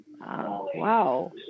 Wow